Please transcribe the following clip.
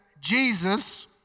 Jesus